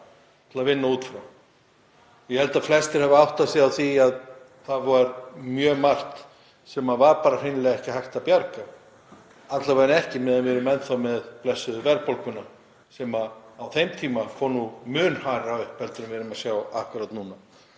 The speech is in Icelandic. gögn til að vinna út frá. Ég held að flestir hafi áttað sig á því að það var mjög margt sem var bara hreinlega ekki hægt að bjarga, alla vega ekki meðan við vorum og erum enn þá með blessuðu verðbólguna sem á þeim tíma fór nú mun hærra upp en við erum að sjá akkúrat núna